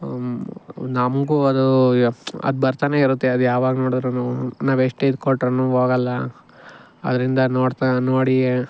ನಮಗು ಅದು ಅದು ಬರ್ತಾನೆ ಇರುತ್ತೆ ಅದು ಯಾವಾಗ ನೋಡಿದ್ರು ನಾವೆಷ್ಟೇ ಇದು ಕೊಟ್ರು ಹೋಗಲ್ಲ ಅದರಿಂದ ನೋಡ್ತಾ ನೋಡಿ